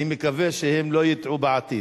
אני מקווה שהם לא יטעו בעתיד.